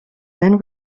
then